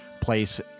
place